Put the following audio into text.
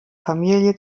familie